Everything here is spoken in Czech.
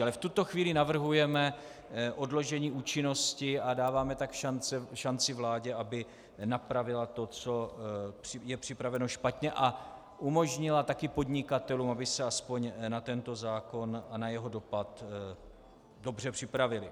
Ale v tuto chvíli navrhujeme odložení účinnosti a dáváme tak šanci vládě, aby napravila to, co je připraveno špatně, a umožnila podnikatelům, aby se na tento zákon a jeho dopad dobře připravili.